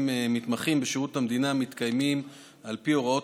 מתמחים בשירות המדינה מתקיימים על פי הוראות